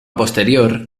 posterior